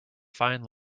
fine